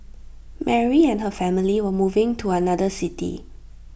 Mary and her family were moving to another city